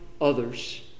others